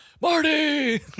Marty